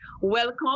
Welcome